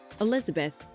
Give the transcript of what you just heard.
Elizabeth